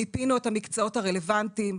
מיפינו את המקצועות הרלוונטיים,